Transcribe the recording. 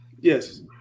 Yes